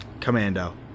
Commando